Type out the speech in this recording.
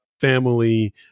family